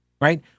Right